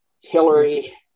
hillary